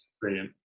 brilliant